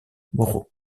moreau